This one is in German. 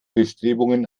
bestrebungen